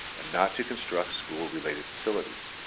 and not to construct school related facilities.